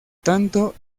tanto